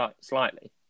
slightly